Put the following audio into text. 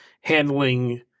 handling